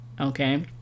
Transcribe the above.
okay